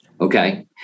okay